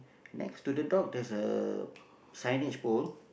next to the dog there's a signage pole